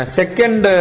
second